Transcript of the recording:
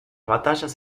batallas